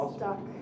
stuck